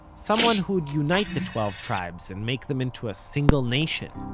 someone who'd unite the twelve tribes and make them into a single nation.